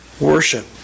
worship